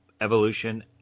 evolution